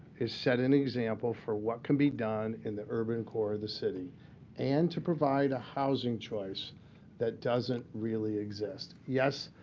is set an example for what can be done in the urban core of the city and to provide a housing choice that doesn't really exist. yes,